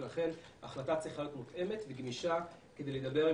ולכן ההחלטה צריכה להיות מותאמת וגמישה כדי לדבר על